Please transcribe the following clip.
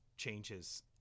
changes